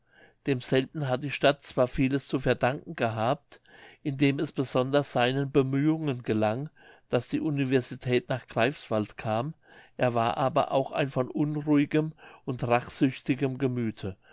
demselben hat die stadt zwar vieles zu verdanken gehabt indem es besonders seinen bemühungen gelang daß die universität nach greifswald kam er war aber auch von unruhigem und rachsüchtigem gemüthe